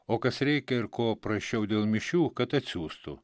o kas reikia ir ko prašiau dėl mišių kad atsiųstų